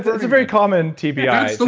it's a very common tbi thing.